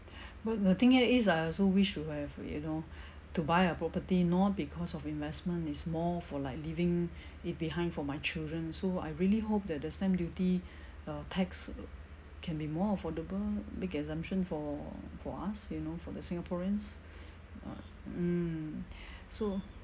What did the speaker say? but the thing that is I also wish to have you know to buy a property not because of investment it's more for like leaving it behind for my children so I really hope that the stamp duty uh tax can be more affordable make exemption for for us you know for the singaporeans uh mm so